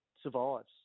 survives